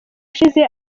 ushize